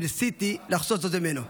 וניסיתי לחסוך זאת ממנו.